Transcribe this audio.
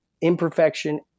imperfection